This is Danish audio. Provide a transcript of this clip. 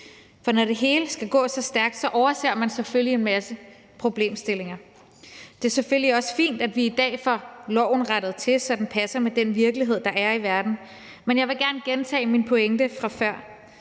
For når det hele skal gå så stærkt, overser man selvfølgelig en masse problemstillinger. Det er selvfølgelig også fint, at vi i dag får loven rettet til, så den passer med den virkelighed, der er i verden, men jeg vil gerne gentage min pointe fra før: